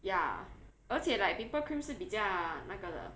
ya 而且 like pimple cream 是比较那个的